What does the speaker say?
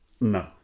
No